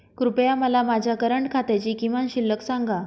कृपया मला माझ्या करंट खात्याची किमान शिल्लक सांगा